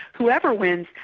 whoever wins,